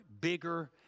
bigger